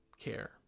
care